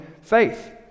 faith